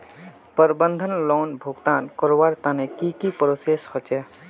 प्रबंधन लोन भुगतान करवार तने की की प्रोसेस होचे?